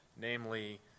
namely